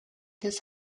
this